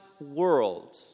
world